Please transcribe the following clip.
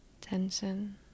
tension